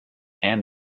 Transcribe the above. and